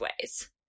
ways